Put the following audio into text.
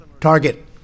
Target